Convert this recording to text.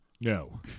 No